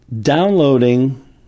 downloading